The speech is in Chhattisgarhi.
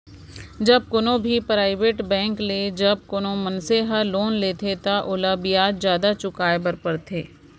जब कोनो भी पराइबेट बेंक ले जब कोनो मनसे ह लोन लेथे त ओला बियाज जादा चुकाय बर परथे